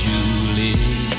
Julie